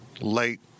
late